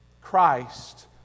Christ